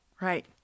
Right